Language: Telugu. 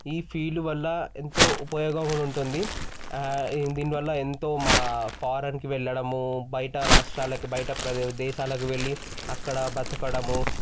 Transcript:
ఈ ఫీల్డ్ వల్ల ఎంతో ఉపయోగం కూడా ఉంటుంది ఈ దీనివల్ల ఎంతో మా ఫారెన్కి వెళ్ళడమూ బయట రాష్ట్రాలకి బయట ప్ర దేశాలకి వెళ్ళీ అక్కడా బ్రతకడము